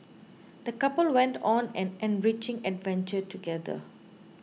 the couple went on an enriching adventure together